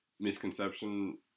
misconception